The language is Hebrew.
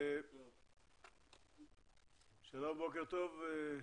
זו פגישה נוספת במסגרת הפגישות הראשונות שלנו כוועדה,